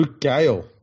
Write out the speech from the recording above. Gale